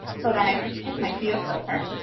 so then i just pick my geo filter,